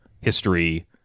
history